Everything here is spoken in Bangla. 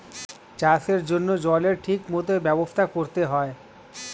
চাষের জন্য জলের ঠিক মত ব্যবস্থা করতে হয়